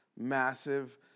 massive